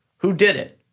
who did it?